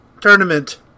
Tournament